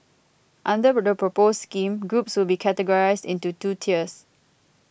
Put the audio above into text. under the proposed scheme groups will be categorised into two tiers